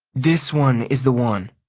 this one is the one,